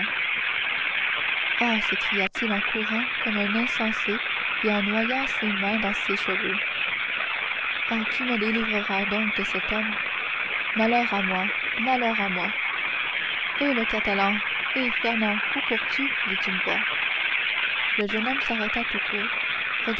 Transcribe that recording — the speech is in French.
oh s'écriait-il en courant comme un insensé en noyant ses mains dans ses cheveux oh qui me délivrera donc de cet homme malheur à moi malheur à moi eh le catalan eh fernand où cours tu dit une voix le jeune homme s'arrêta tout court